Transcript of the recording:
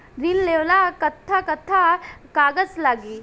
ऋण लेवेला कट्ठा कट्ठा कागज लागी?